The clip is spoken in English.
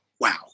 wow